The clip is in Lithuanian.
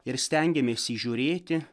ir stengiamės įžiūrėti